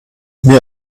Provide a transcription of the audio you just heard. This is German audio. mir